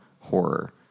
horror